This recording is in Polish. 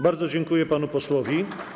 Bardzo dziękuję panu posłowi.